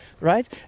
right